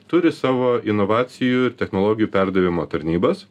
turi savo inovacijų ir technologijų perdavimo tarnybas